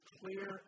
clear